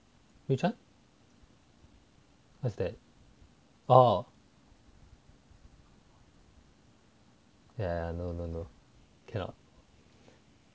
which one what's that orh ya no no no cannot